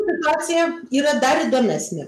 situacija yra dar įdomesnė